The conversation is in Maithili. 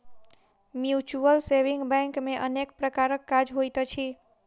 म्यूचुअल सेविंग बैंक मे अनेक प्रकारक काज होइत अछि